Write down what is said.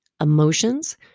emotions